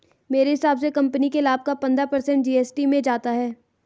मेरे हिसाब से कंपनी के लाभ का पंद्रह पर्सेंट जी.एस.टी में जाता है